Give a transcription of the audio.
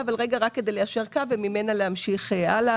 אבל רק כדי ליישר קו וממנה להמשיך הלאה.